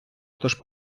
тож